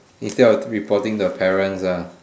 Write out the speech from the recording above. instead of reporting the parents ah